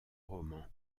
roman